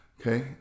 okay